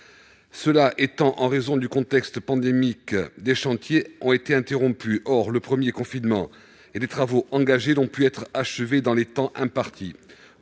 Cela étant, en raison du contexte pandémique, les chantiers ont été interrompus lors du premier confinement, et les travaux engagés n'ont pu être achevés dans les temps impartis.